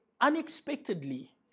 Unexpectedly